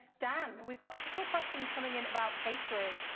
dan, we've got a couple of questions coming in about catering.